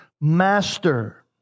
master